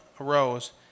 arose